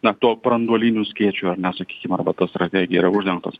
na tuo branduoliniu skėčiu ar na sakykim arba ta strategija yra uždengtos